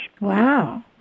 Wow